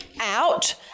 out